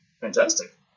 Fantastic